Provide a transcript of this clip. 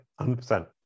100%